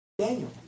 Daniel